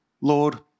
Lord